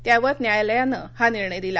त्यावर न्यायालयानं हा निर्णय दिला